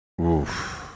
Oof